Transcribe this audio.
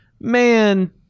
man